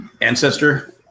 Ancestor